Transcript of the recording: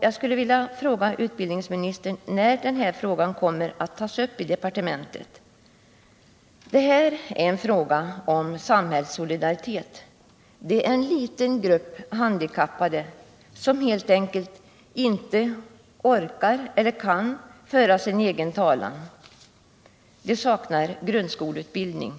Jag skulle vilja fråga utbildningsministern när denna fråga kommer att tas upp i departementet. Det här är en fråga om samhällssolidaritet. Det gäller en liten grupp handikappade som helt enkelt inte orkar eller kan föra sin egen talan, handikappade som saknar grundskoleutbildning.